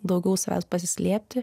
daugiau savęs pasislėpti